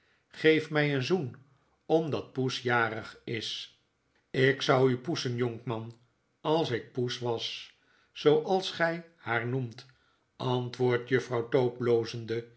geef mij een zoen omdat poes jarig is ik zou u poesen jonkman als ik poes was zooals gij haar noemt antwoordt juffrouw tope